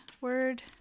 word